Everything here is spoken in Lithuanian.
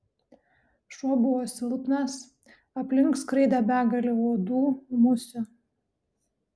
šuo buvo silpnas aplink skraidė begalė uodų musių